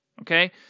okay